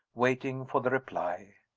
waiting for the reply.